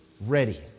ready